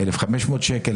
1,500 שקל,